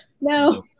No